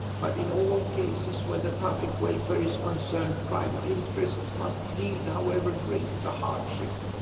but in all cases where the public welfare is concerned, private interests must yield however great the hardship.